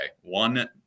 one